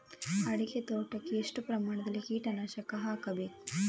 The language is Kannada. ಅಡಿಕೆ ತೋಟಕ್ಕೆ ಎಷ್ಟು ಪ್ರಮಾಣದಲ್ಲಿ ಕೀಟನಾಶಕ ಹಾಕಬೇಕು?